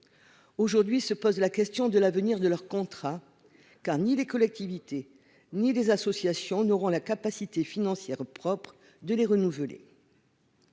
aujourd'hui se pose la question de l'avenir de leur contrat, car ni les collectivités, ni les associations n'auront la capacité financière propres de les renouveler.